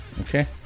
Okay